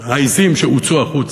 העזים שהוצאו החוצה,